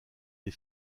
des